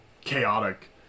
chaotic